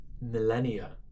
millennia